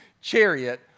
chariot